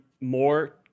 more